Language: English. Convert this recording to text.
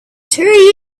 two